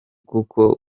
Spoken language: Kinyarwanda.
kuko